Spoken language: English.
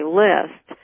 list